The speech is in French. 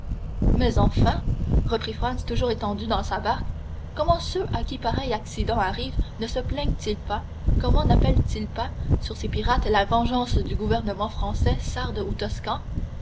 mais enfin reprit franz toujours étendu dans sa barque comment ceux à qui pareil accident arrive ne se plaignent ils pas comment nappellent ils pas sur ces pirates la vengeance du gouvernement français sarde ou toscan